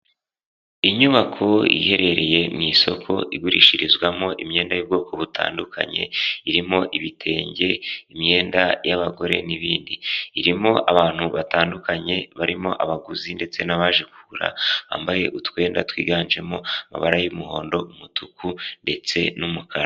Inyubako iherereye mu isoko igurishirizwamo imyenda y'ubwoko butandukanye, irimo ibitenge, imyenda y'abagore n'ibindi. Irimo abantu batandukanye, barimo abaguzi ndetse n'abaje kugura bambaye utwenda twiganjemo amabara y'umuhondo, umutuku ndetse n'umukara.